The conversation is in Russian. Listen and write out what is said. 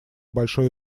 большое